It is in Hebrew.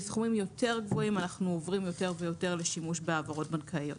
בסכומים יותר גבוהים אנחנו עוברים יותר ויותר לשימוש בהעברות בנקאיות.